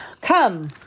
Come